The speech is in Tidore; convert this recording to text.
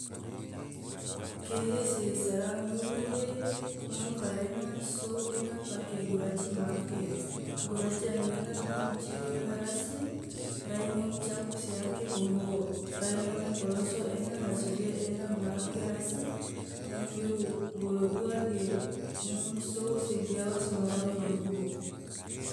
kehe se sarang yuhi ge ngom karena sou ena pake guraci ma ake, guraci angena ngom ciru ena rasi, rai ngom capu se ake kombo, rai ngone poloso ena la sodia ena ma ake rasi ngom yuru, bolo ua ge ngom sou se giawas ma rau madubo.